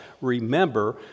remember